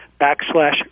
backslash